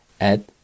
add